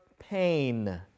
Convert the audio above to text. pain